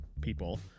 people